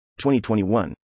2021